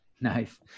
Nice